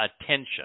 attention